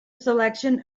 selection